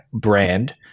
brand